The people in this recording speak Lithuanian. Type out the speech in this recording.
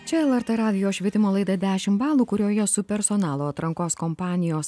čia lrt radijo švietimo laida dešim balų kurioje su personalo atrankos kompanijos